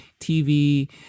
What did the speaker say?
TV